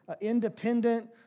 independent